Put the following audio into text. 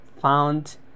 found